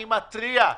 אני מתריע,